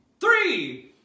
Three